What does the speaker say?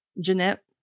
Jeanette